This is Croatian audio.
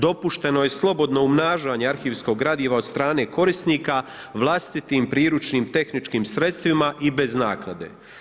Dopušteno je slobodno umnažanje arhivskog gradiva od strane korisnika vlastitim priručnim tehničkim sredstvima i bez naknade.